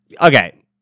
Okay